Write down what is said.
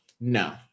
no